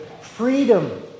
freedom